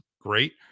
great